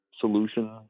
solution